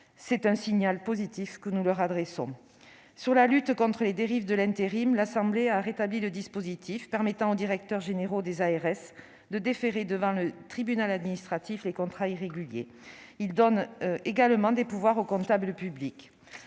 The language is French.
C'est un signal positif que nous leur adressons. Pour lutter contre les dérives de l'intérim, l'Assemblée nationale a rétabli le dispositif permettant aux directeurs généraux des ARS de déférer devant le tribunal administratif les contrats irréguliers tout en donnant des pouvoirs au comptable public.